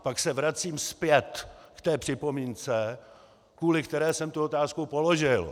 Pak se vracím zpět k té připomínce, kvůli které jsem tu otázku položil.